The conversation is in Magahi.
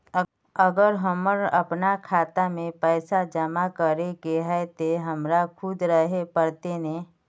अगर हमर अपना खाता में पैसा जमा करे के है ते हमरा खुद रहे पड़ते ने?